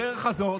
בדרך הזאת